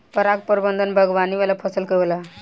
पराग प्रबंधन बागवानी वाला फसल के होला